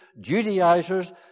Judaizers